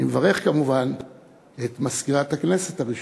אני מברך כמובן את מזכירת הכנסת הראשונה,